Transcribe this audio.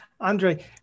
Andre